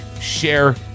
share